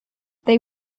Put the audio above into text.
they